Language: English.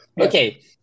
okay